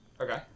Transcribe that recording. okay